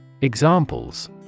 Examples